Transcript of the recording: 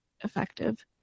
effective